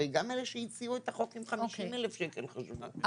הרי גם אלה שהציעו את החוק עם 50,000 שקל חשבו ככה.